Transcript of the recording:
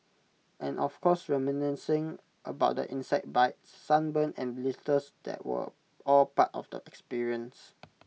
and of course reminiscing about the insect bites sunburn and blisters that were all part of the experience